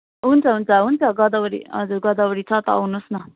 हुन्छ हुन्छ हुन्छ गोदावरी हजुर गोदावरी छ त आउनुहोस् न